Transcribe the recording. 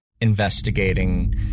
investigating